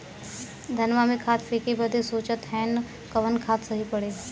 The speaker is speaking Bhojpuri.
धनवा में खाद फेंके बदे सोचत हैन कवन खाद सही पड़े?